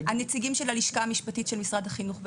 של הלשכה המשפטית של משרד החינוך בזום.